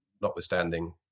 notwithstanding